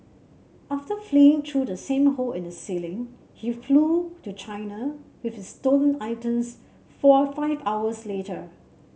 after fleeing through the same hole in the ceiling he flew to China with his stolen items four five hours later